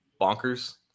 bonkers